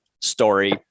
story